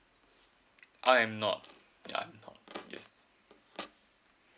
I am not ya yes